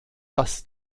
dass